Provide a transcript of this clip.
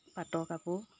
পাটৰ কাপোৰ